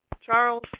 Charles